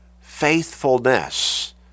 faithfulness